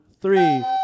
three